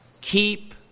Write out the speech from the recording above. Keep